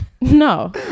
No